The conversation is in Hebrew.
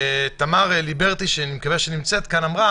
תמר ליברטי אמרה